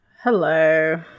Hello